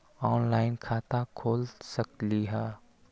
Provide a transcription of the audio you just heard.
Online खाता खोल सकलीह?